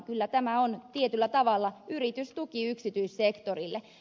kyllä tämä on tietyllä tavalla yritystuki yksityissektorille